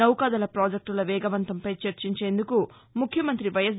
నౌకాదళ ప్రాజెక్టుల వేగవంతంపై చర్చించేందుకు ముఖ్యమంత్రి వైఎస్